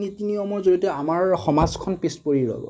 নীতি নিয়মৰ জৰিয়তে আমাৰ সমাজখন পিছ পৰি ৰ'ব পাৰে